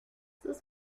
sus